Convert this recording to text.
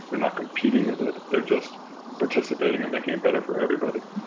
and competing with it, they're just participating and making it better for everybody.